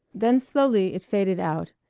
then slowly it faded out,